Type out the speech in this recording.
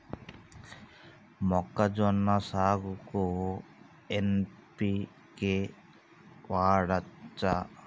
మొక్కజొన్న సాగుకు ఎన్.పి.కే వాడచ్చా?